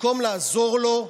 במקום לעזור לו,